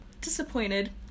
Disappointed